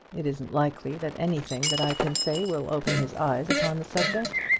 it isn't likely that anything that i can say will open his eyes upon the subject.